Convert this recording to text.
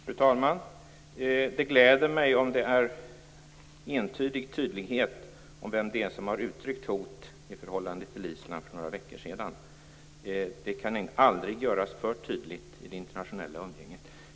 Fru talman! Det gläder mig om det råder entydig tydlighet om vem det är som har uttryckt hot i förhållande till Island för några veckor sedan. Det kan aldrig göras för tydligt i det internationella umgänget.